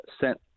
sent